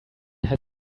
had